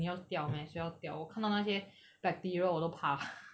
你要掉 meh 谁要掉我看到那些 bacteria 我都怕